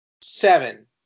seven